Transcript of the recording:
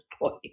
point